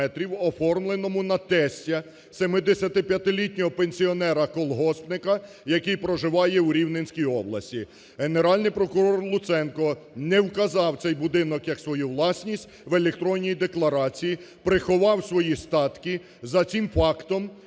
оформленому на тестя, 75-літнього пенсіонере-колгоспника, який проживає у Рівненській області. Генеральний прокурор Луценко не вказав цей будинок як свою власність в електронній декларації, приховав свої статки. За цим фактом